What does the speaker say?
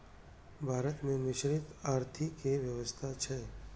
भारत मे मिश्रित आर्थिक व्यवस्था छै